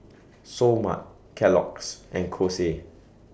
Seoul Mart Kellogg's and Kose